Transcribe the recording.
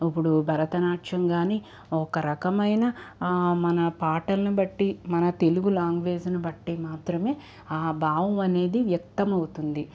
ఇప్పుడు భరతనాట్యం కాని ఒకరకమైన మన పాటలను బట్టి మన తెలుగు లాంగ్వేజ్ని బట్టి మాత్రమే ఆ భావం అనేది వ్యక్తం అవుతుంది